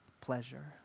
pleasure